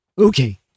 Okay